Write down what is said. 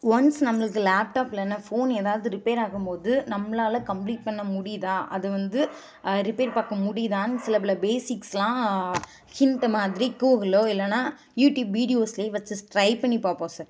once நம்மளுக்கு laptop இல்லைன்னா phone ஏதாவது ரிப்பேர் ஆகும் போது நம்மளால கம்ப்ளீட் பண்ண முடியுதா அது வந்து ரிப்பேர் பார்க்க முடியுதான்னு சில பல பேஸிக்ஸ்லாம் ஹின்ட்டு மாதிரி கூகுளோ இல்லைன்னா யூடியூப் வீடியோஸ்லே வச்சு ட்ரை பண்ணி பார்ப்போம் சார்